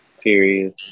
Period